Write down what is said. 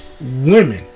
women